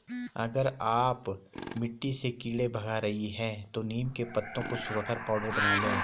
अगर आप मिट्टी से कीड़े भगा रही हैं तो नीम के पत्तों को सुखाकर पाउडर बना लें